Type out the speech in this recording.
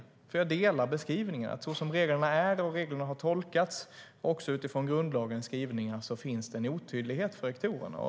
Jag delar beskrivningen att såsom reglerna är och som reglerna har tolkats, också utifrån grundlagens skrivningar, finns det en otydlighet för rektorerna.